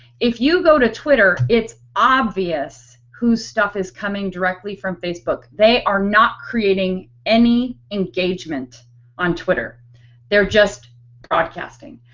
if you go to twitter, its obvious whose stuff is coming directly from facebook. they are not creating any engagement on twitter they're just broadcasting.